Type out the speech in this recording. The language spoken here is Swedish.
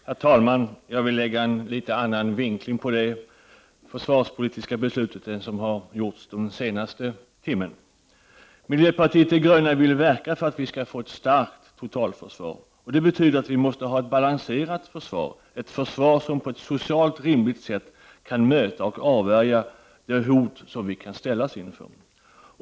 Herr talman! Jag vill lägga en litet annan vinkling på det försvarspolitiska beslutet än som gjorts den senaste timmen. Miljöpartiet de gröna vill verka för att vi skall få ett starkt totalförsvar. Det betyder att vi måste ha ett balanserat försvar, ett försvar som på ett socialt rimligt sätt kan möta och avvärja de hot som vi kan ställas inför.